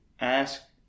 ask